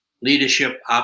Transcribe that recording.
leadership